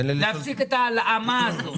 להפסיק את ההלאמה הזאת.